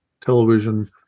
television